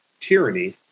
tyranny